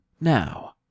Now